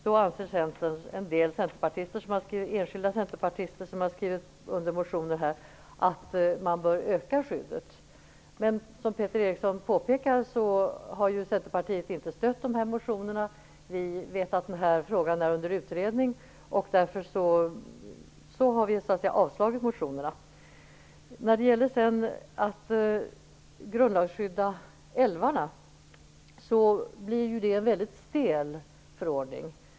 Då anser en del centerpartister som har skrivit motioner att man bör öka skyddet. Men som Peter Eriksson påpekar har Centerpartiet inte stött dessa motioner. Vi vet att denna fråga är under utredning, och därför har vi avstyrkt motionerna. Att grundlagsskydda älvarna innebär en mycket stel förordning.